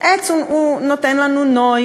עץ נותן לנו נוי,